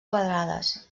quadrades